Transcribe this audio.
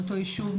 מאותו ישוב,